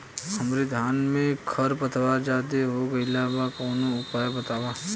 हमरे धान में खर पतवार ज्यादे हो गइल बा कवनो उपाय बतावा?